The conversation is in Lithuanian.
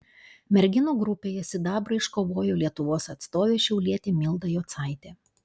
merginų grupėje sidabrą iškovojo lietuvos atstovė šiaulietė milda jocaitė